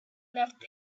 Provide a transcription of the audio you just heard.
left